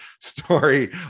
story